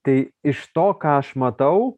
tai iš to ką aš matau